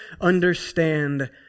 understand